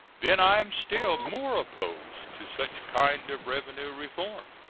then i am still more opposed to such kind of revenue reform.